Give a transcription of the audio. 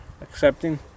accepting